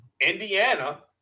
Indiana